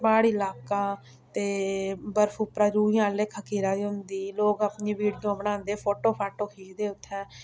प्हाड़ी लाका ते बर्फ उप्परा रूईं आह्ला लेखा घिरा दी होंदा लोक अपनियां विडियो बनांदे फोटो फाटो खिच्चदे उत्थै